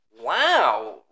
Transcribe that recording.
Wow